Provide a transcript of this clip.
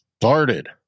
started